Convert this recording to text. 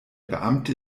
beamte